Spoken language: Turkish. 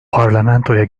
parlamentoya